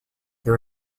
this